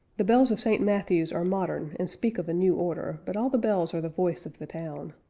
the bells of st. matthew's are modern and speak of a new order, but all the bells are the voice of the town.